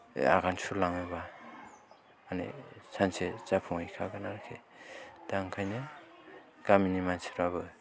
आगान सुरलाङोब्ला माने सानसे जाफुंहैखागोन आरोखि दा ओंखायनो गामिनि मानसिफ्राबो